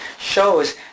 shows